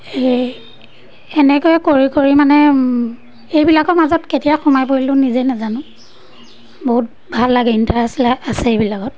এই এনেকৈয়ে কৰি কৰি মানে এইবিলাকৰ মাজত কেতিয়া সোমাই পৰিলোঁ নিজেই নাজানো বহুত ভাল লাগে ইণ্টাৰেষ্ট আছে এইবিলাকত